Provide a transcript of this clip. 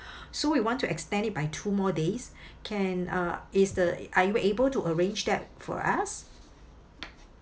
so we want to extend it by two more days can uh is the are you able to arrange that for us